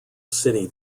city